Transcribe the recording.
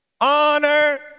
honor